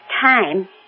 time